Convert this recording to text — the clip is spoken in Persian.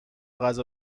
غذا